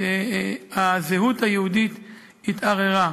שהזהות היהודית התערערה.